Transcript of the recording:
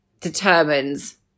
determines